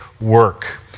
work